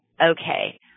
okay